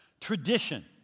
Tradition